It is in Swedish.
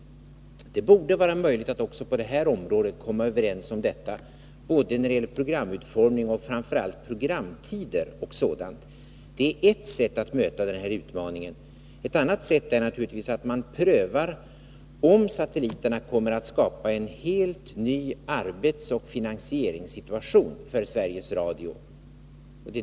Det borde vara möjligt att även på detta område komma överens när det gäller programutformningen och framför allt programtiderna. Det är ett sätt att möta denna utmaning. Ett annat är naturligtvis att man prövar om satelliterna kommer att skapa en helt ny arbetsoch finansieringssituation för Sveriges Radio.